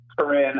Corinne